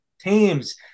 teams